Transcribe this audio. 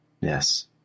Yes